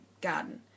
garden